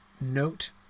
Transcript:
note